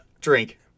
Drink